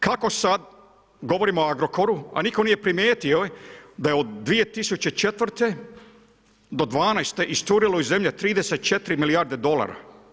Kako sad, govorim o Agrokoru, a nitko nije primijetio da je od 2004. do 2012. iscurilo iz zemlje 34 milijarde dolara.